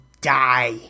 die